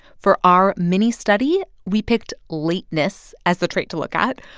for our mini study, we picked lateness as the trait to look at.